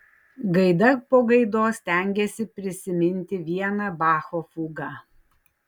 gaida po gaidos stengėsi prisiminti vieną bacho fugą